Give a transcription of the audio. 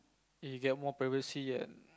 you get more privacy and